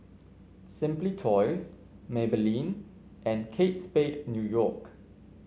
Simply Toys Maybelline and Kate Spade New York